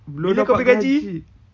belum dapat gaji